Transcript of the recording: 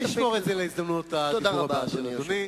נשמור את זה להזדמנות הדיבור הבא של אדוני.